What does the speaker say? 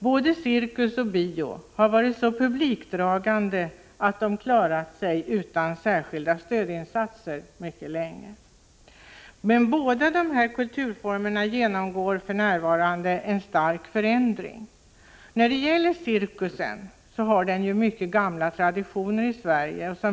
Både cirkus och film har hittills varit så publikdragande att de klarat sig utan särskilda stödinsatser mycket länge, men för närvarande genomgår båda kulturformerna en stark förändring. Cirkusen har mycket gamla traditioner i Sverige.